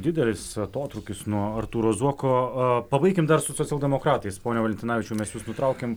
didelis atotrūkis nuo artūro zuoko pabaikim su socialdemokratais pone valentinavičiau mes jus nutraukėm